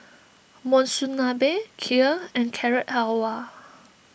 Monsunabe Kheer and Carrot Halwa